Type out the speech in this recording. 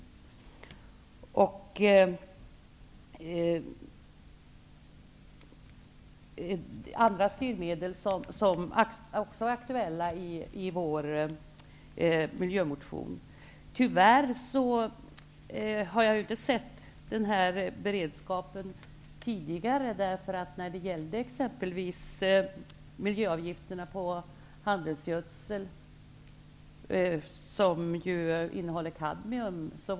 Jag tänker även på andra styrmedel som är aktuella i vår miljömotion. Tyvärr har jag inte tidigare sett denna beredskap. I Folkpartiet var man exempelvis inte villig att gå oss till mötes när det gällde frågan om miljöavgifter på handelsgödsel som innehåller kadmium.